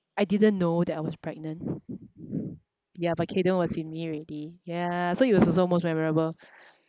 I didn't know that I was pregnant ya but kayden was in me already ya so it was also most memorable